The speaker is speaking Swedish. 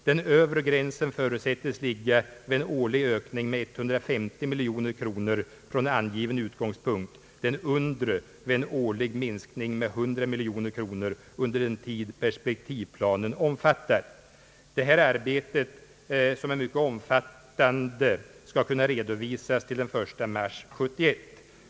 Den övre gränsen förutsättes ligga vid en årlig ökning med 150 miljoner kronor från angiven utgångspunkt, den undre vid en årlig minskning med 100 miljoner kronor under den tid perspektivplanen omfattar. Detta arbete, som är mycket omfattande, skall kunna redovisas till den 1 mars 1971.